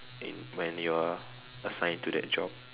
when you are assigned to that job